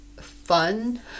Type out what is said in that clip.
fun